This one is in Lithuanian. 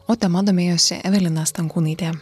o tema domėjosi evelina stankūnaitė